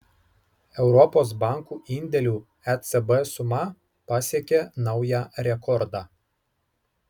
europos bankų indėlių ecb suma pasiekė naują rekordą